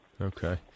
Okay